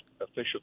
official